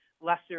lesser